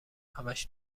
همش